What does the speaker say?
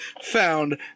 found